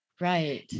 Right